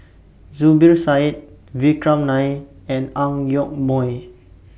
Zubir Said Vikram Nair and Ang Yoke Mooi